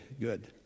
good